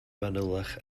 fanylach